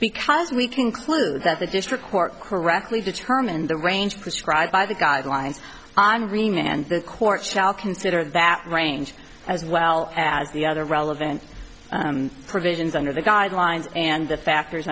because we conclude that the district court correctly determine the range prescribed by the guidelines on green and the court shall consider that range as well as the other relevant provisions under the guidelines and the factors